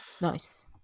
Nice